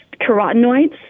carotenoids